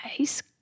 ice